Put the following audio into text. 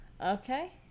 Okay